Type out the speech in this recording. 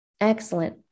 excellent